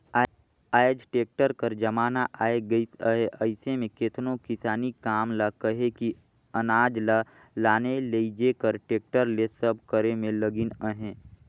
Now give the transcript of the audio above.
आएज टेक्टर कर जमाना आए गइस अहे अइसे में केतनो किसानी काम ल कहे कि अनाज ल लाने लेइजे कर टेक्टर ले सब करे में लगिन अहें